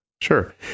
Sure